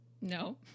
No